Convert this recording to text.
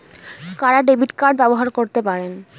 কারা debit card ব্যবহার করতে পারেন?